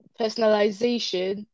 personalization